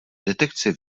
detekce